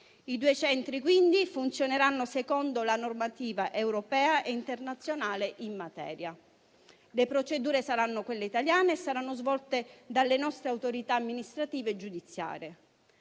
I due centri quindi funzioneranno secondo la normativa europea e internazionale in materia. Le procedure saranno quelle italiane e saranno svolte dalle nostre autorità amministrative e giudiziarie.